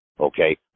okay